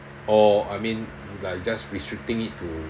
or I mean like just restricting it to